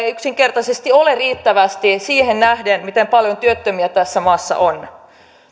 ei yksinkertaisesti ole riittävästi siihen nähden miten paljon työttömiä tässä maassa on